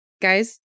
guys